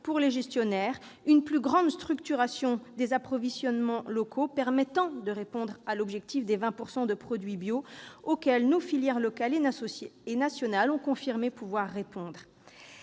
pour les gestionnaires, une plus grande structuration des approvisionnements locaux permettant de répondre à l'objectif des 20 % de produits bio, auquel nos filières locales et nationales ont confirmé pouvoir répondre.